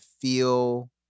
feel